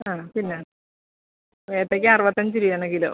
ആ പിന്നെ ഏത്തയ്ക്ക അറുവത്തഞ്ച് രൂപയാണ് കിലോ